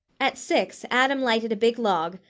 at six, adam lighted a big log,